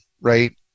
Right